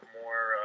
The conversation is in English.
more